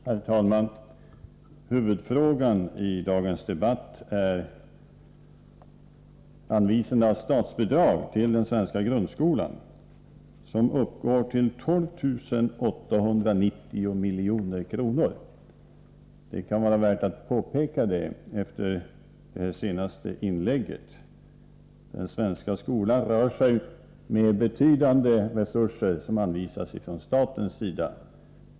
Herr talman! Huvudfrågan i dagens debatt är anvisande av statsbidrag till den svenska grundskolan som uppgår till 12 890 milj.kr. Det kan vara värt att påpeka efter det senaste inlägget. Den svenska skolan rör sig med betydande resurser som anvisas från statens sida.